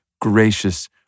gracious